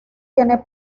tiene